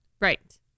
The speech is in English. Right